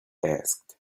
asked